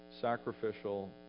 sacrificial